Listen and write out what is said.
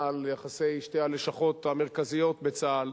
על יחסי שתי הלשכות המרכזיות בצה"ל,